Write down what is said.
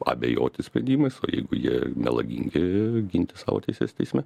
abejoti sprendimais o jeigu jie melagingi ginti savo teises teisme